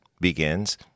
begins